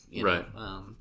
Right